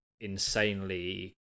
insanely